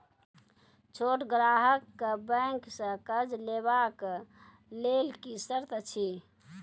छोट ग्राहक कअ बैंक सऽ कर्ज लेवाक लेल की सर्त अछि?